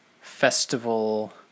festival